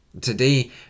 Today